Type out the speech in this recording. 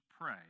pray